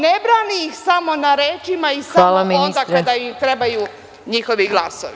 Ne brani ih samo na rečima i samo onda kada im trebaju njihovi glasovi.